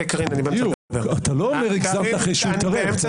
קארין, אני באמצע